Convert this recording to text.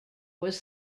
was